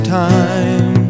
time